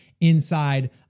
inside